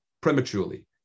prematurely